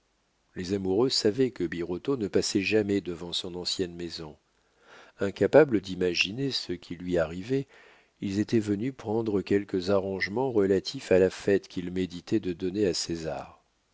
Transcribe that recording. les amoureux savaient que birotteau ne passait jamais devant son ancienne maison incapables d'imaginer ce qui lui arrivait ils étaient venus prendre quelques arrangements relatifs à la fête qu'ils méditaient de donner à césar